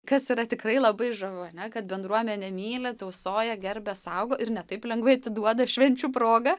kas yra tikrai labai žavu ane kad bendruomenė myli tausoja gerbia saugo ir ne taip lengvai atiduoda ir švenčių proga